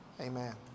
amen